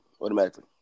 automatically